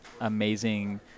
amazing